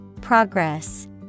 Progress